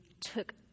took